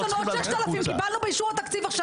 באישור התקציב,